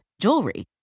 jewelry